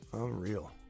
Unreal